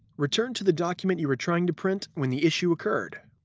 return to the document you were trying to print when the issue occurred.